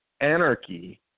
Anarchy